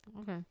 Okay